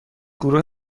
گروه